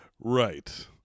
Right